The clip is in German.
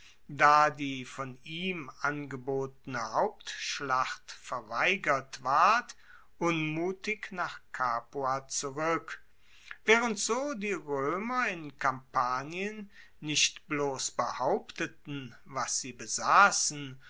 da die von ihm angebotene hauptschlacht verweigert ward unmutig nach capua zurueck waehrend so die roemer in kampanien nicht bloss behaupteten was sie besassen